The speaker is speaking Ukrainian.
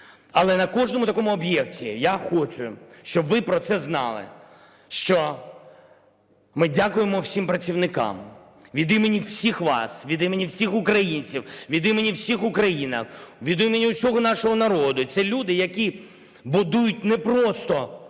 Але на кожному такому об'єкті, я хочу, щоб ви про це знали, що ми дякуємо всім працівникам від імені всіх вас, від імені всіх українців, від імені всіх українок, від імені всього нашого народу. Це люди, які будують не просто